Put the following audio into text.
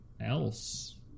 else